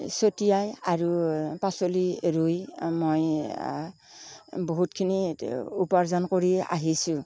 ছটিয়াই আৰু পাচলি ৰুই মই বহুতখিনি উপাৰ্জন কৰি আহিছোঁ